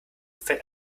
fällt